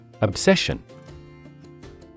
Obsession